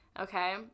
okay